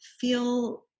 feel